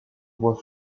bois